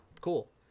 Cool